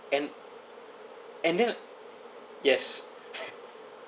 and and then yes